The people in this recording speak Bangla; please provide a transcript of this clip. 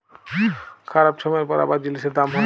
খারাপ ছময়ের পর আবার জিলিসের দাম হ্যয়